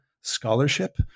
scholarship